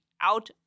out